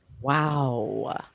wow